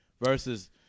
versus